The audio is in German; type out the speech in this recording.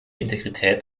integrität